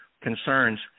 concerns